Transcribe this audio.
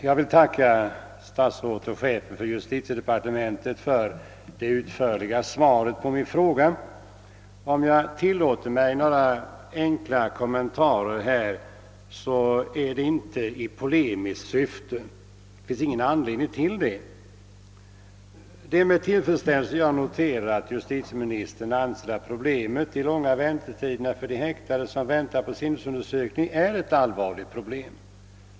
Jag tackar lustitieministern för det utförliga svaret på min interpellation, och när jag nu tillåter mig några kommentarer sker det inte i polemiskt syfte. Det finns ingen anledning till det. Jag noterar med tillfredsställelse att justitieministern anser de långa väntetiderna för häktade som väntar på sinnesundersökning vara ett allvarligt problem.